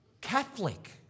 Catholic